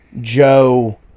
Joe